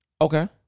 Okay